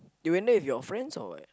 you went there with your friends or what